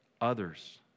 others